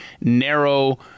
narrow